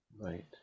Right